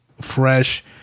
fresh